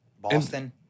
Boston